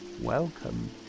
Welcome